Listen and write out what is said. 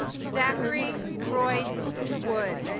zachary royce wood